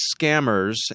scammers